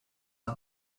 are